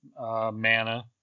mana